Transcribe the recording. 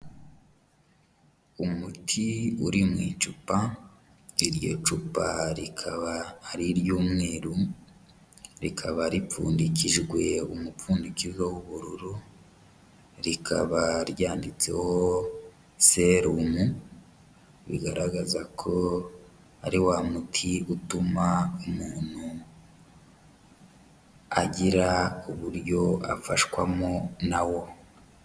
Umuti uri mu icupa, iryo cupa rikaba ari iry'umweru, rikaba ripfundikijwe umupfundikizo w'ubururu, rikaba ryanditseho serumu, bigaragaza ko ari wa muti utuma umuntu agira uburyo afashwamo na wo.